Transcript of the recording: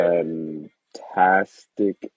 Fantastic